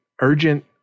urgent